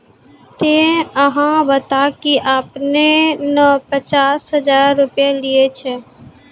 ते अहाँ बता की आपने ने पचास हजार रु लिए छिए?